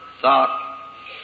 thought